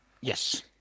Yes